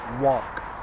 walk